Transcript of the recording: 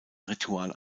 ritual